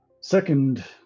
second